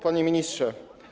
Panie Ministrze!